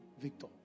Victor